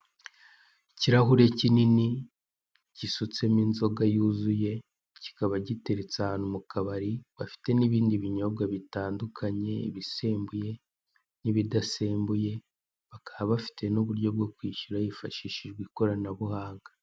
Ikirahure kinini gisutsemo inzoga yuzuye kikaba giteretse ahantu mu kabari bafite n'ibindi binyobwa bitandukanye ibisembuye n'ibidasembuye bakaba bafite n'uburyo bwo kwishyura hifashishije ikoranabuhanga.